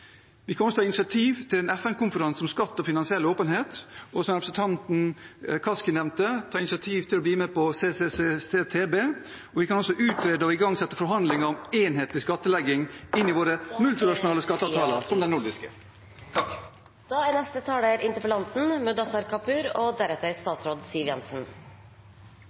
Vi kan også ta initiativ til en FN-konferanse om skatt og finansiell åpenhet og, som representanten Kaski nevnte, ta initiativ til å bli med på CCCTB. Vi kan også utrede og igangsette forhandlinger om enhetlig skattlegging i våre multinasjonale skatteavtaler, som den nordiske.